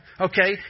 okay